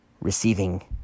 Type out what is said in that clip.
receiving